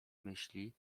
myśli